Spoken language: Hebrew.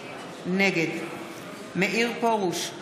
נגד מאיר פרוש,